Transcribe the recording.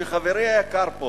שחברי היקר פה